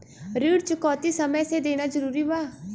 ऋण चुकौती समय से देना जरूरी बा?